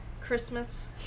Christmas